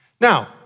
Now